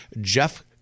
Jeff